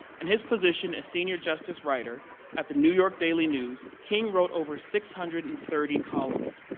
and his position as senior justice writer at the new york daily news, king wrote over six hundred and thirty columns.